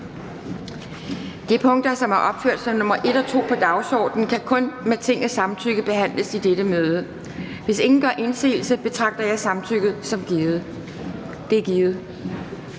De punkter, som er opført som nr. 1 og 2 på dagsordenen, kan kun med Tingets samtykke behandles i dette møde. Hvis ingen gør indsigelse, betragter jeg samtykket som givet. Det er givet.